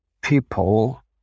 people